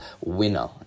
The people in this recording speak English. winner